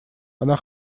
она